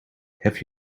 have